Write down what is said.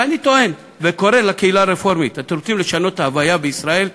ואני טוען וקורא לקהילה הרפורמית: אתם רוצים לשנות את ההוויה בישראל?